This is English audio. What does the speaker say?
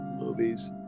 movies